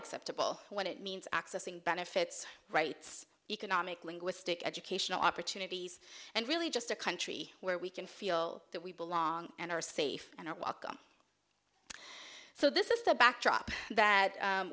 acceptable when it means accessing benefits rights economic linguistic educational opportunities and really just a country where we can feel that we belong and are safe and are welcome so this is the backdrop that